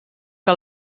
que